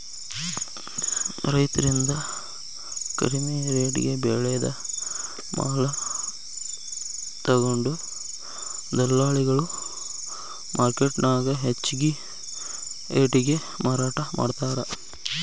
ರೈತರಿಂದ ಕಡಿಮಿ ರೆಟೇಗೆ ಬೆಳೆದ ಮಾಲ ತೊಗೊಂಡು ದಲ್ಲಾಳಿಗಳು ಮಾರ್ಕೆಟ್ನ್ಯಾಗ ಹೆಚ್ಚಿಗಿ ರೇಟಿಗೆ ಮಾರಾಟ ಮಾಡ್ತಾರ